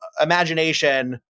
imagination